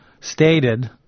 stated